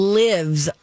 lives